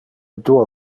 duo